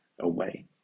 away